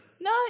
No